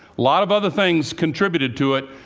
lot of other things contributed to it,